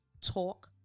talk